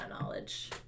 knowledge